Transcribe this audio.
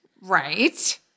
Right